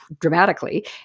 dramatically